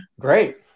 Great